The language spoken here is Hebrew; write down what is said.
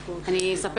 אני אספר